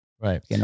Right